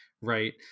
Right